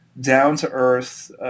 down-to-earth